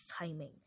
timing